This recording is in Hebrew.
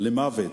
למוות